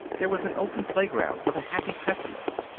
there was an open playground for the happy pessimist.